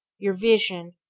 your vision,